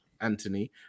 Anthony